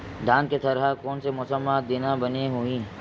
धान के थरहा कोन से मौसम म देना बने होही?